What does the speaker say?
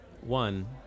one